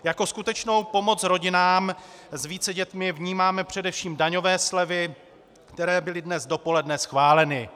Jako skutečnou pomoc rodinám s více dětmi vnímáme především daňové slevy, které byly dnes dopoledne schváleny.